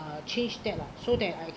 uh change that lah so that I